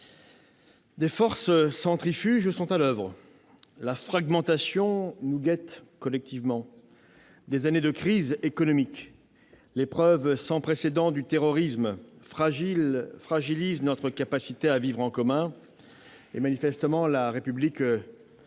Des forces centrifuges sont à l'oeuvre, la fragmentation nous guette collectivement. Des années de crise économique, l'épreuve sans précédent du terrorisme fragilisent notre capacité à vivre en commun. La République n'est pas une